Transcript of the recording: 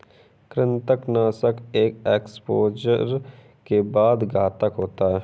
कृंतकनाशक एक एक्सपोजर के बाद घातक होते हैं